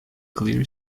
clear